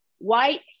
White